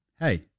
Hey